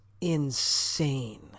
Insane